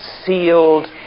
sealed